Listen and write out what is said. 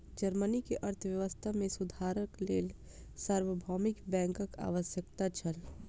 Germany के अर्थव्यवस्था मे सुधारक लेल सार्वभौमिक बैंकक आवश्यकता छल